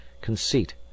conceit